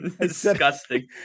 Disgusting